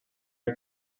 are